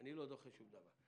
אני לא דוחה שום דבר.